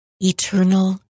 eternal